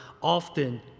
often